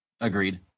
Agreed